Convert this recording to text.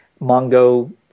Mongo